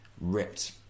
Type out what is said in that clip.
ripped